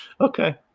Okay